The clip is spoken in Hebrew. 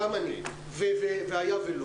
לנו ניסיון של 18 שנים עם צורך במיגון בתנועה,